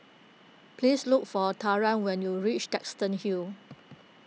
please look for Talan when you reach Duxton Hill